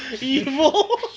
Evil